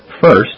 First